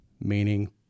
meaning